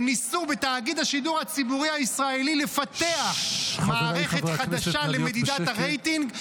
וניסו בתאגיד השידור הציבורי הישראלי לפתח מערכת חדשה למדידת הרייטינג.